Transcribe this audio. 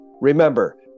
Remember